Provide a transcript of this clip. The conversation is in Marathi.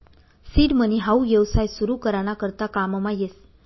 सीड मनी हाऊ येवसाय सुरु करा ना करता काममा येस